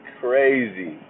crazy